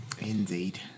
Indeed